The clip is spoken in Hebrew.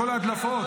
כל ההדלפות,